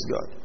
God